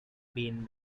been